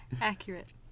Accurate